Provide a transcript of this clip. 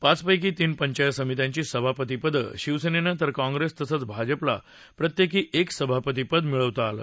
पाचपैकी तीन पंचायत समित्यांची सभापती पदं शिवसेनेनं तर काँग्रेस तसंच भाजपला प्रत्येकी एक सभापती पद मिळवता आलं